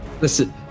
Listen